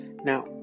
Now